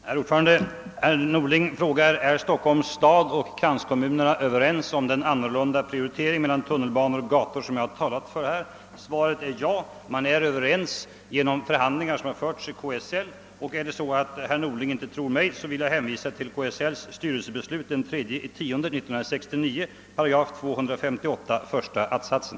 Herr talman! Herr Norling frågar om Stockholms stad och kranskommunerna är överens om den annorlunda prioritering med avseende på tunnelbanor och gator som jag har talat för här. Svaret är ja. Man är överens genom förhandlingar som har förts i KSL. Om herr Norling inte tror mig, så vill jag hänvisa till KSL:s styrelsebeslut den 3 oktober 1969, 8 258, första attsatsen.